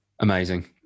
Amazing